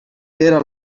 era